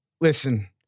Listen